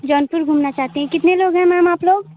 जौनपुर घूमना चाहती हैं कितने लोग हैं मैम आप लोग